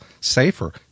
safer